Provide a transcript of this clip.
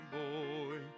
boy